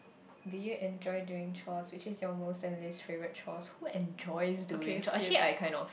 did you enjoy doing chores which is your most and least favourite chores who enjoys doing actually I kind of